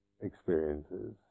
experiences